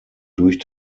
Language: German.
durch